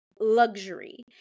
luxury